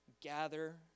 gather